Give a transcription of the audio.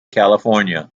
california